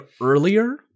earlier